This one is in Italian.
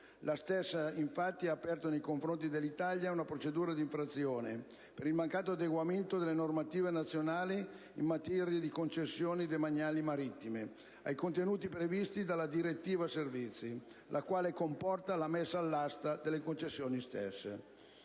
La stessa infatti ha aperto, nei confronti dell'Italia, una procedura di infrazione per il mancato adeguamento della normativa nazionale in materia di concessioni demaniali marittime ai contenuti previsti dalla direttiva servizi, la quale comporta la messa all'asta delle concessioni stesse.